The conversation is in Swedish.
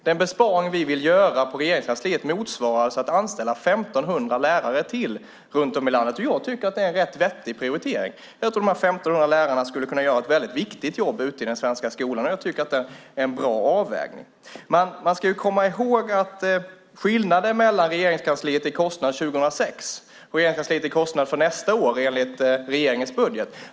Den besparing vi vill göra på Regeringskansliet motsvarar vad det kostar att anställa 1 500 lärare till runt om i landet. Jag tycker att det är en rätt vettig prioritering. Jag tror att de här 1 500 lärarna skulle kunna göra ett väldigt viktigt jobb ute i den svenska skolan. Jag tycker att det är en bra avvägning. Man ska komma ihåg att skillnaden i kostnad mellan Regeringskansliet 2006 och Regeringskansliet nästa år är 1 miljard kronor enligt regeringens budget.